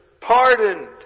pardoned